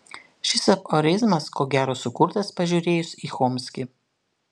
šis aforizmas ko gero sukurtas pažiūrėjus į chomskį